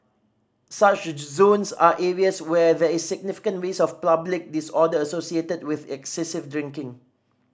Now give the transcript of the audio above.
such zones are areas where there is significant risk of public disorder associated with excessive drinking